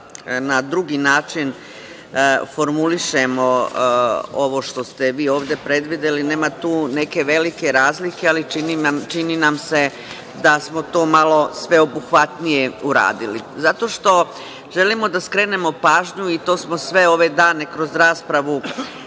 na drugi način formulišemo ovo što ste vi ovde predvideli. Nema tu neke velike razlike, ali čini am se da smo to malo sveobuhvatnije uradile. Želimo da skrenemo pažnju i to smo sve ove dane kroz raspravu